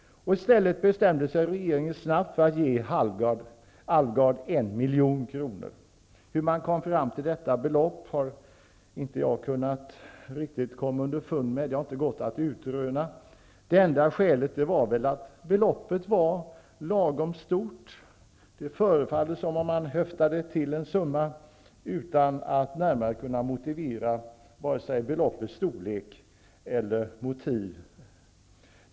I stället bestämde sig regeringen snabbt för att ge Alvgard en miljon kronor. Hur man kom fram till detta belopp har inte gått att utröna. Det enda skälet var väl att beloppet var lagom stort. Det föreföll som om man höftade till en summa utan att närmare kunna motivera beloppets storlek eller anföra ytterligare motiv.